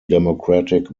democratic